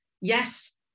Yes